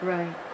Right